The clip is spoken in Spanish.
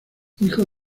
hijo